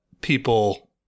people